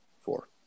four